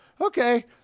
okay